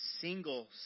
single